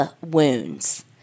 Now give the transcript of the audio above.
wounds